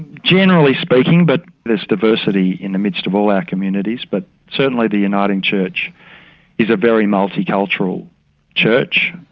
generally speaking, but there's diversity in the midst of all our communities. but certainly the uniting church is a very multicultural church.